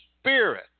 spirit